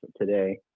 today